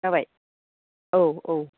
जाबाय औ औ